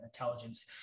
intelligence